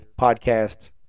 podcast